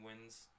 wins